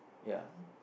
ya